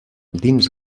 dins